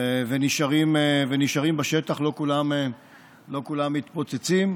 ונשארות בשטח, לא כולן מתפוצצות.